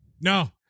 No